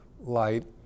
light